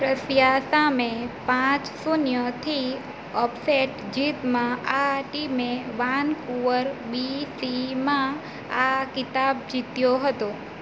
Russia સામે પાંચ શૂન્યથી અપસેટ જીતમાં આ ટીમે વાનકુવર બીસીમાં આ ખિતાબ જીત્યો હતો